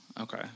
Okay